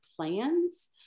plans